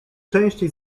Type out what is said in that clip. częściej